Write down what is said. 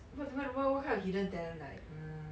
wait what what what kind of hidden talent like mm